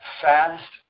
fast